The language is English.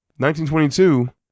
1922